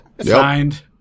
Signed